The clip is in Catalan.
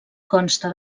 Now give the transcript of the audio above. consta